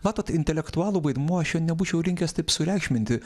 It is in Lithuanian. matot intelektualų vaidmuo aš jo nebūčiau linkęs taip sureikšminti